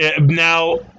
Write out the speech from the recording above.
Now